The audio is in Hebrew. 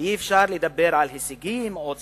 ואי-אפשר לדבר על הישגים או ציונים.